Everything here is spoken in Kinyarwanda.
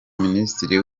minisitiri